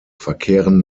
verkehren